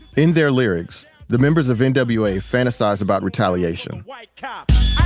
in their lyrics, the members of n w a. fantasize about retaliation. white cop.